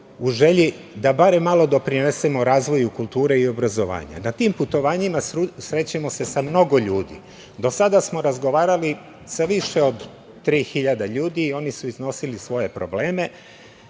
u želji da barem malo doprinesemo razvoju kulture i obrazovanja. Na tim putovanjima srećemo se sa mnogo ljudi. Do sada smo razgovarali sa više od 3.000 ljudi i oni su iznosili svoje probleme